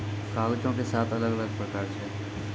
कागजो के सात अलग अलग प्रकार छै